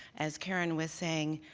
as cara and was saying,